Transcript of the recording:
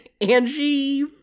Angie